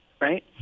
right